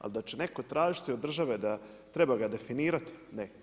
Ali da će netko tražiti od države da treba ga definirati, ne.